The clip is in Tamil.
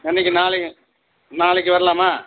என்றைக்கி நாளைக்கு நாளைக்கு வரலாமா